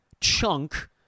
chunk